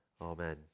Amen